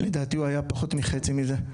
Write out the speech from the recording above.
לדעתי הוא היה פחות מחצי מזה.